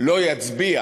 לא יצביע